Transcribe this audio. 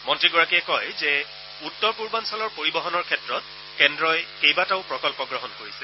মন্ত্ৰীগৰাকীয়ে কয় যে উত্তৰ পূৰ্বাঞ্চলৰ পৰিবহনৰ ক্ষেত্ৰত কেন্দ্ৰই কেইবাটাও প্ৰকল্প গ্ৰহণ কৰিছে